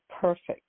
perfect